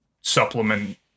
supplement